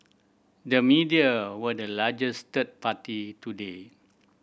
the media were the largest third party today